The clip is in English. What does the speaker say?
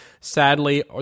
Sadly